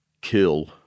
kill